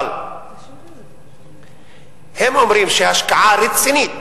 אבל הם אומרים שהשקעה רצינית